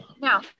now